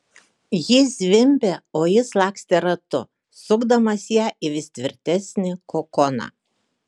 ji zvimbė o jis lakstė ratu sukdamas ją į vis tvirtesnį kokoną